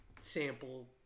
sample